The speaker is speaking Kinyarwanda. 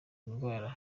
indwara